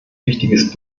wichtiges